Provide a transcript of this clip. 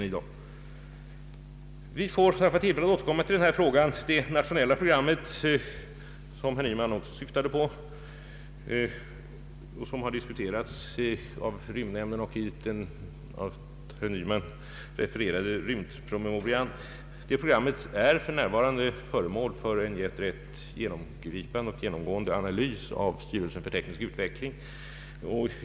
Vi får tillfälle att återkomma till denna fråga. Det nationella programmet som herr Nyman syftade på och som diskuterats i rymdnämnden och i den av herr Nyman refererade rymdpromemorian är för närvarande föremål för en rätt genomgripande analys av styrelsen för teknisk utveckling.